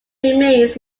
remains